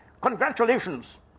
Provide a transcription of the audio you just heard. Congratulations